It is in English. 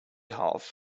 half